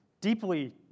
Deeply